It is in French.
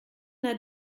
n’a